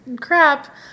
crap